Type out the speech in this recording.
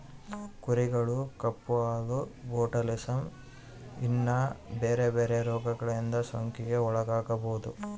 ಕುರಿಗಳು ಕಪ್ಪು ಕಾಲು, ಬೊಟುಲಿಸಮ್, ಇನ್ನ ಬೆರೆ ಬೆರೆ ರೋಗಗಳಿಂದ ಸೋಂಕಿಗೆ ಒಳಗಾಗಬೊದು